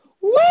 woo